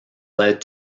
led